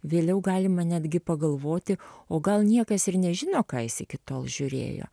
vėliau galima netgi pagalvoti o gal niekas ir nežino ką jis iki tol žiūrėjo